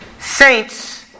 saints